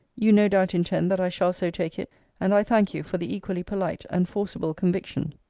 you no doubt intend that i shall so take it and i thank you for the equally polite and forcible conviction.